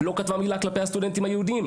לא כתבה מילה כלפי הסטודנטים היהודים,